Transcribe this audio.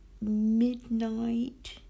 midnight